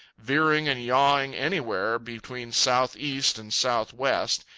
veering and yawing anywhere between south-east and south-west,